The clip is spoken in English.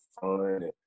fun